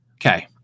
okay